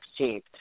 16th